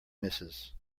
misses